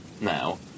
now